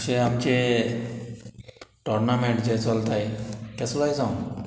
अशे आमचे टोर्नामेंट जे चोलताय केसलोय जावं